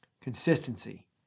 Consistency